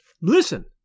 Listen